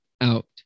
out